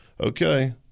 Okay